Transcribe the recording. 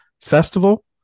festival